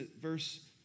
verse